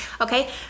Okay